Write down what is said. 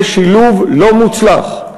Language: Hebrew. זה שילוב לא מוצלח.